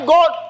God